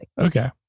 Okay